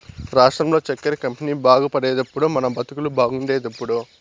రాష్ట్రంలో చక్కెర కంపెనీ బాగుపడేదెప్పుడో మన బతుకులు బాగుండేదెప్పుడో